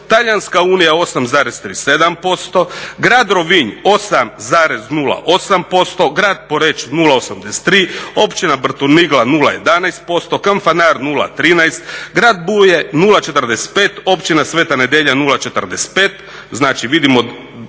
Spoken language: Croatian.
Talijanska unije 8,37%, grad Rovinj 8,08%, grad Poreč 0,83, Općina Brtonigla 0,11%, Kanfanar 0,13, grad Buje 0,45, Općina sv. Nedjelja 0,45 znači vidimo